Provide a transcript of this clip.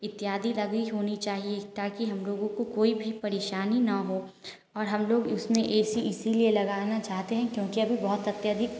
इत्यादि लगी होनी चाहिए ताकि हम लोगों को कोई भी परेशानी ना हो और हम लोग उसमें ऐसी इसीलिए लगाना चाहते हैं क्योंकि बहुत अत्यधिक